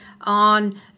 on